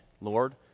Lord